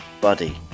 Buddy